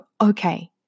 okay